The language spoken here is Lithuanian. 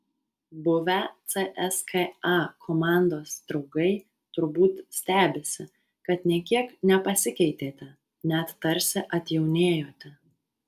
buvę cska komandos draugai turbūt stebisi kad nė kiek nepasikeitėte net tarsi atjaunėjote